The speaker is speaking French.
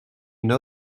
une